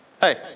Hey